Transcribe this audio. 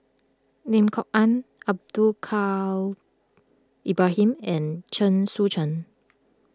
Lim Kok Ann Abdul Kadir Ibrahim and Chen Sucheng